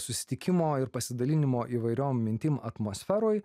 susitikimo ir pasidalinimo įvairiom mintim atmosferoj